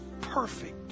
perfect